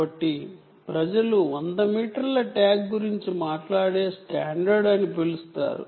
కాబట్టి ప్రజలు 100 మీటర్ల ట్యాగ్ స్టాండర్డ్ అని పిలుస్తారు